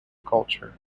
culture